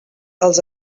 els